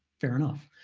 fair enough.